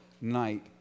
night